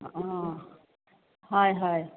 অঁ হয় হয়